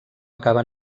acaba